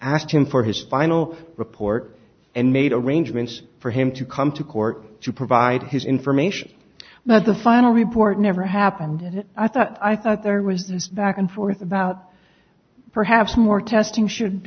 asked him for his final report and made arrangements for him to come to court to provide his information but the final report never happened and i thought i thought there was this back and forth about perhaps more testing should